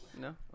no